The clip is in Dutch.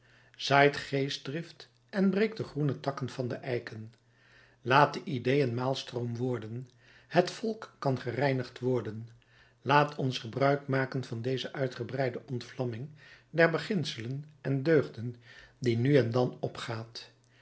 zaait geestdrift en breekt de groene takken van de eiken laat de idée een maalstroom worden het volk kan gereinigd worden laat ons gebruik maken van deze uitgebreide ontvlamming der beginselen en deugden die nu en dan opgaat